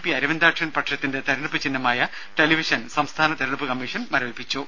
P Aravindakshan പക്ഷത്തിന്റെ തിരഞ്ഞെടുപ്പ് ചിഹ്നമായ ടെലിവിഷൻ സംസ്ഥാന തിരഞ്ഞെടുപ്പ് കമ്മീഷൻ മരവിപ്പിച്ചു